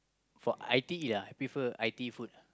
for I_T_E lah I prefer I_T_E food ah